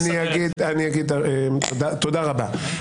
תודה רבה.